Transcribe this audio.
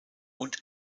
und